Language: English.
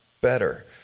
better